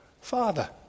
father